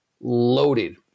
loaded